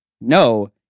No